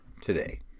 today